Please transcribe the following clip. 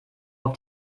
auf